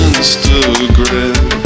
Instagram